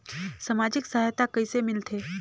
समाजिक सहायता कइसे मिलथे?